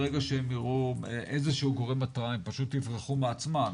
ברגע שהם יראו איזשהו גורם הרתעה הם פשוט יברחו מעצמם.